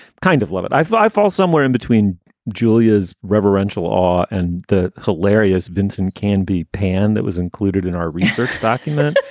kind of love it. i think i fall somewhere in between julia's reverential awe and the hilarious. vincent can be pan that was included in our research document,